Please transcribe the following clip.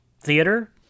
theater